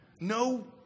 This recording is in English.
No